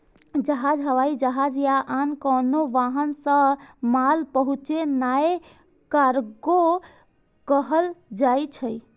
जहाज, हवाई जहाज या आन कोनो वाहन सं माल पहुंचेनाय कार्गो कहल जाइ छै